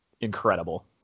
incredible